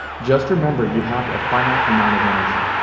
just remember you have a finite amount of energy,